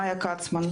מאיה כצמן,